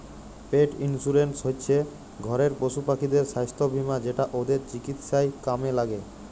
পেট insurance হচ্যে ঘরের পশুপাখিদের সাস্থ বীমা যেটা ওদের চিকিৎসায় কামে ল্যাগে